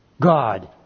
God